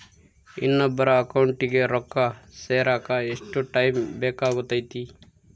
ಇನ್ನೊಬ್ಬರ ಅಕೌಂಟಿಗೆ ರೊಕ್ಕ ಸೇರಕ ಎಷ್ಟು ಟೈಮ್ ಬೇಕಾಗುತೈತಿ?